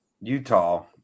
Utah